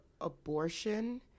abortion